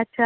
আচ্ছা